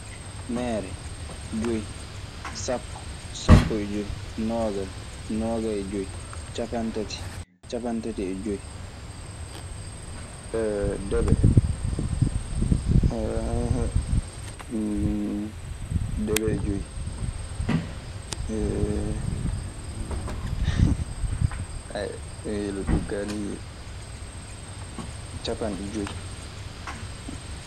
Meere; joyi sapo; sapo e joyi, nogayi, nogayi e joyi, ciapantati, ciapantati e joyi. debe debe joyi cappanɗe joyi.